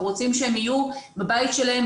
אנחנו רוצים שהם יהיו בבית שלהם,